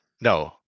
No